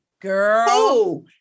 Girl